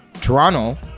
Toronto